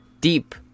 Deep